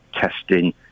testing